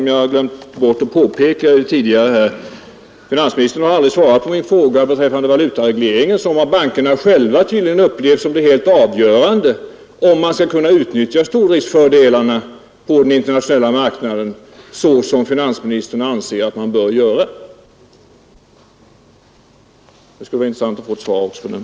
Jag glömde att påpeka att finansministern aldrig svarade på min fråga beträffande valutaregleringen, som av bankerna tydligen upplevs som det helt avgörande om man skall kunna utnyttja stordriftsfördelarna på den internationella marknaden så som finansministern anser att man bör göra. Det vore intressant att få ett svar på det.